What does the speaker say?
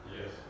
Yes